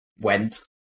went